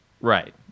Right